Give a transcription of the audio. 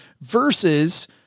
versus